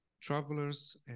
travelers